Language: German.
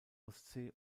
ostsee